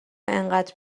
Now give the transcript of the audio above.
اینقدر